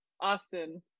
Austin